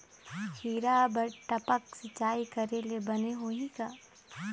खिरा बर टपक सिचाई करे ले बने होही का?